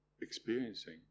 experiencing